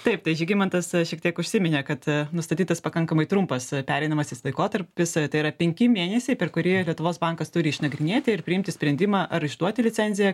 taip tai žygimantas šiek tiek užsiminė kad nustatytas pakankamai trumpas pereinamasis laikotarpis tai yra penki mėnesiai per kurį lietuvos bankas turi išnagrinėti ir priimti sprendimą ar išduoti licenziją